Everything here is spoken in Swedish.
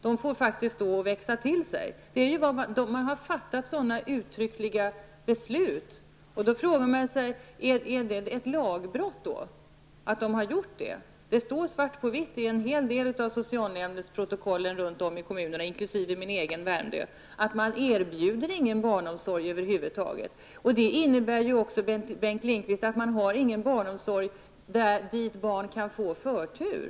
De får faktiskt växa till sig, heter det. Sådana beslut har uttryckligen fattats. Men är det då fråga om ett lagbrott här? Det står svart på vitt i en hel del av socialnämndernas protokoll ute i kommunerna -- det gäller också min hemkommun, Värmdö kommun -- att man inte erbjuder någon barnomsorg över huvud taget. Det innebär, Bengt Lindqvist, att det inte finns någon barnomsorg där barn kan få förtur.